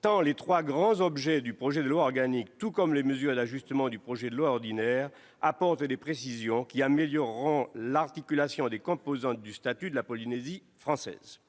tant les trois grands objets du projet de loi organique tout comme les mesures d'ajustement du projet de loi ordinaire apportent des précisions qui amélioreront l'articulation des composantes du statut de la Polynésie française.